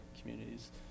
communities